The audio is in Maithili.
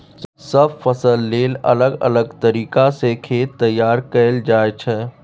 सब फसल लेल अलग अलग तरीका सँ खेत तैयार कएल जाइ छै